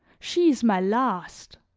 she is my last.